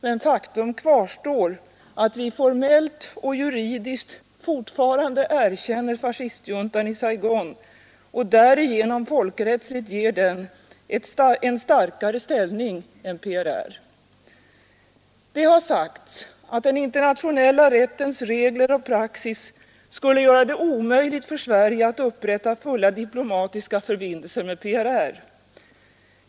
Men faktum kvarstår att vi formellt och juridiskt fortfarande erkänner fascistjuntan i Saigon och därigenom folkrättsligt ger den en starkare ställning än PRR. Det har sagts att den internationella rättens regler och praxis skulle göra det omöjligt för Sverige att upprätta fulla diplomatiska förbindelser med PRR.